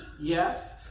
yes